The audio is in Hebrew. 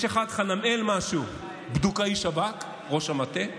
יש אחד, חנמאל משהו, בדוקאי שב"כ, ראש המטה,